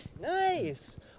Nice